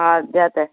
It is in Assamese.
অঁ দে তে